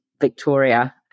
Victoria